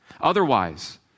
Otherwise